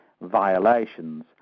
violations